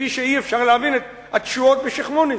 כפי שאי-אפשר להבין את התשואות בשיח'-מוניס.